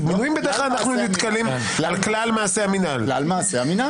כלל מעשי המינהל.